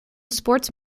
sports